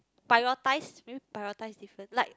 prioritize maybe prioritize different